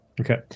Okay